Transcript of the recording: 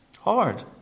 Hard